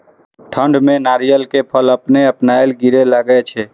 ठंड में नारियल के फल अपने अपनायल गिरे लगए छे?